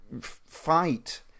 fight